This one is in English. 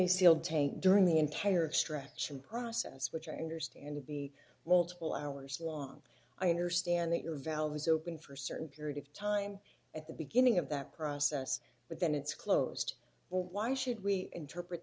sealed tank during the entire extraction process which i understand to be multiple hours long i understand that your valve is open for certain period of time at the beginning of that process but then it's closed or why should we interpret